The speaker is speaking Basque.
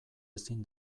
ezin